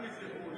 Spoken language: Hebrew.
גם מזיכרוני.